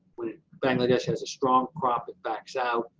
when bangladesh has a strong crop, it backs out.